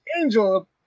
angel